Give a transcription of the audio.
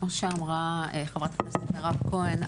כמו שאמרה חברת הכנסת מירב כהן,